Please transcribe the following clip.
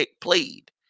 played